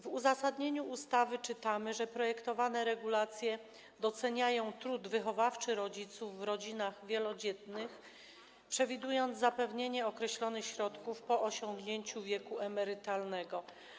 W uzasadnieniu ustawy czytamy, że projektowane regulacje doceniają trud wychowawczy rodziców w rodzinach wielodzietnych, przewidując zapewnienie określonych środków po osiągnięciu wieku emerytalnego.